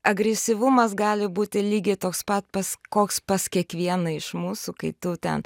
agresyvumas gali būti lygiai toks pat pas koks pas kiekvieną iš mūsų kai tu ten